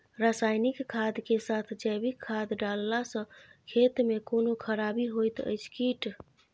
रसायनिक खाद के साथ जैविक खाद डालला सॅ खेत मे कोनो खराबी होयत अछि कीट?